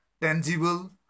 tangible